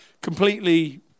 completely